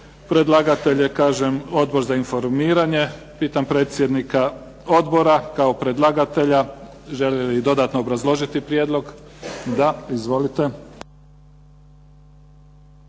Predlagatelj je Odbor za informiranje. Pitam predsjednika odbora kao predlagatelja želi li dodatno obrazložiti prijedlog? Da. Izvolite.